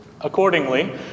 Accordingly